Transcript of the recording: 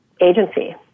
agency